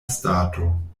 stato